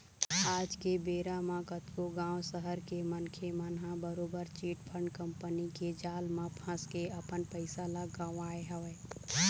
आज के बेरा म कतको गाँव, सहर के मनखे मन ह बरोबर चिटफंड कंपनी के जाल म फंस के अपन पइसा ल गवाए हवय